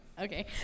Okay